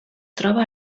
troba